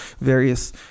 various